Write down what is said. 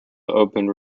opened